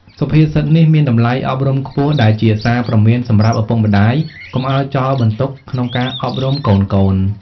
សុភាសិតនេះមានតម្លៃអប់រំខ្ពស់ដែលជាសារព្រមានសម្រាប់ឪពុកម្ដាយកុំឲ្យចោលបន្ទុកក្នុងការអប់រំកូនៗ។